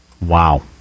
Wow